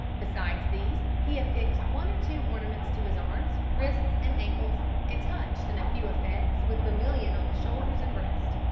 besides these he affixed one or two ornaments to his arms, wrists, and ankles, and touched in a few effects with vermilion on the shoulders and breast.